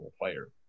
player